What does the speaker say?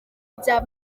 bya